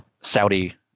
Saudi